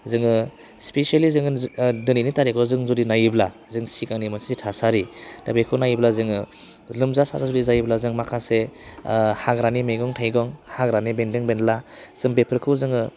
जोङो स्पिसियेलि जों दिनैनि तारिकाव जों जुदि नायोब्ला जों सिगांनि मोनसे थासारि दा बेखौ नायोब्ला जोङो लोमजा साजा जायोब्ला जों माखासे हाग्रानि मैगं थाइगं हाग्रानि बेन्दों बेनला जों बेफोरखौ जोङो